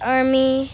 Army